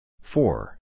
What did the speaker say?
four